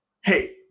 Hey